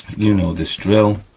you know this drill.